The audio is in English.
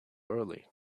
early